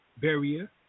barrier